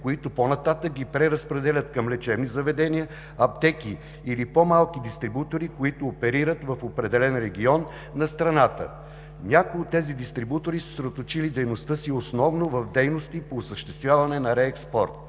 а по-нататък ги преразпределят към лечебни заведения, аптеки или по-малки дистрибутори, които оперират в определен регион на страната. Някои от тези дистрибутори са съсредоточили дейността си основно в дейности по осъществяване на реекспорт.